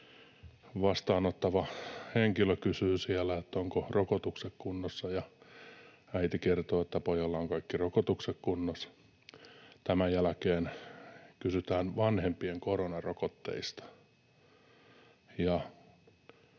Vastaanottava henkilö kysyy siellä, että onko rokotukset kunnossa, ja äiti kertoo, että pojalla on kaikki rokotukset kunnossa. Tämän jälkeen kysytään vanhempien koronarokotteista,